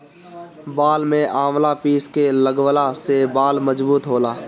बाल में आवंला पीस के लगवला से बाल मजबूत होला